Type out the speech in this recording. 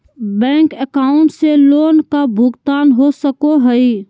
Bank account से loan का भुगतान हो सको हई?